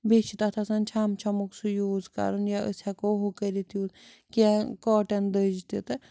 بیٚیہِ چھِ تَتھ آسان چھَم چھَمُک سُہ یوٗز کَرُن یا أسۍ ہٮ۪کو ہُہ کٔرِتھ یوٗز کیٚنٛہہ کاٹَن دٔج تہِ تہٕ